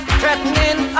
threatening